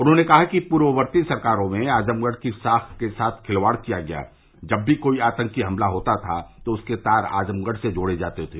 उन्होंने कहा कि पूर्ववर्ती सरकारों में आजमगढ़ की साख के साथ खिलवाड़ किया गया जब भी कोई आतंकी हमला होता था तो उसके तार आजमगढ़ से जोड़े जाते थे